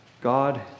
God